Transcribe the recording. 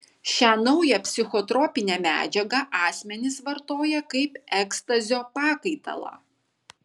šią naują psichotropinę medžiagą asmenys vartoja kaip ekstazio pakaitalą